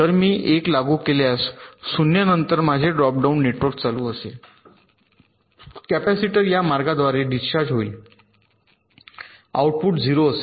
तर मी 1 लागू केल्यास 0 नंतर माझे ड्रॉप डाउन नेटवर्क चालू असेल कॅपेसिटर या मार्गाद्वारे डिस्चार्ज होईल आऊटपुट 0 असेल